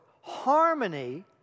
Harmony